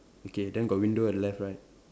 okay then got window at the left right